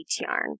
yarn